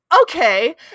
okay